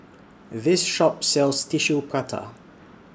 This Shop sells Tissue Prata